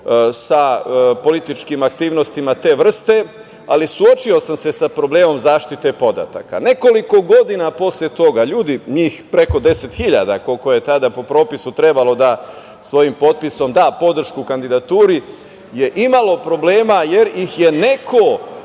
sa političkim aktivnostima te vrste, ali suočio sam se sa problemom zaštite podataka. Nekoliko godina posle toga, njih preko 10.000, koliko je tada po propisu trebalo da svojim potpisom da podršku kandidaturi, je imalo problema jer ih je neko